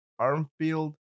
Armfield